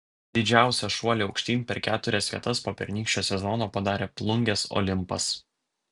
didžiausią šuolį aukštyn per keturias vietas po pernykščio sezono padarė plungės olimpas